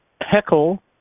heckle